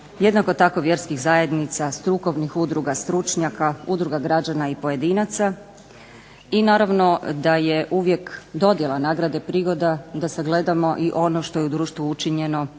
jednako tako vjerskih zajednica, strukovnih udruga, stručnjaka, udruga građana i pojedinaca. I naravno da je uvijek dodjela nagrade prigoda da sagledamo i ono što je u društvu učinjeno, što